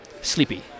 sleepy